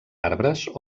arbres